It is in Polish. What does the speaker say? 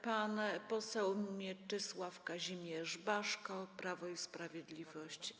Pan poseł Mieczysław Kazimierz Baszko, Prawo i Sprawiedliwość.